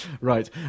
Right